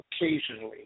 occasionally